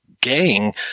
gang